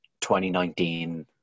2019